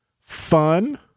fun